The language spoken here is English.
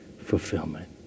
fulfillment